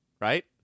right